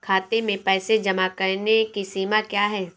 खाते में पैसे जमा करने की सीमा क्या है?